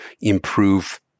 improve